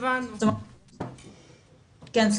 נשאל